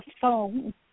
phone